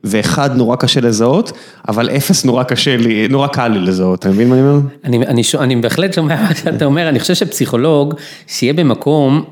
ואחד נורא קשה לזהות, אבל אפס נורא קשה לי, נורא קל לי לזהות, אתה מבין מה אני אומר? אני בהחלט שומע מה שאתה אומר, אני חושב שפסיכולוג, שיהיה במקום.